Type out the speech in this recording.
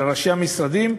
אלא ראשי המשרדים,